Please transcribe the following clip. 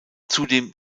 zudem